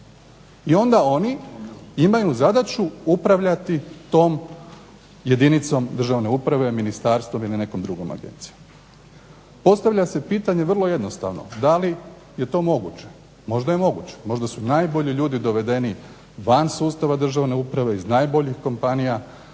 I onda oni imaju zadaću upravljati tom jedinicom državne uprave, ministarstvom ili nekom drugom agencijom. Postavlja se pitanje vrlo jednostavno da li je to moguće. Možda je moguće. Možda su najbolji ljudi dovedeni van sustava državne uprave iz najboljih kompanija,